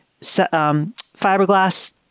fiberglass